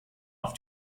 auf